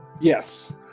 yes